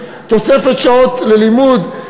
תוספת שעות ללימוד,